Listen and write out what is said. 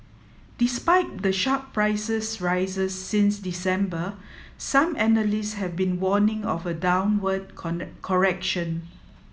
despite the sharp prices rises since December some analysts have been warning of a downward correction